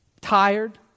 tired